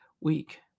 week